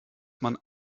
man